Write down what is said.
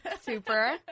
Super